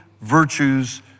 virtues